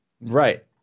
right